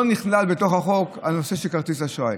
לא נכלל בתוך החוק הנושא של כרטיס אשראי,